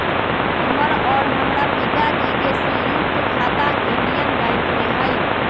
हमर और हमरा पिताजी के संयुक्त खाता इंडियन बैंक में हई